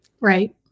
Right